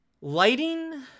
lighting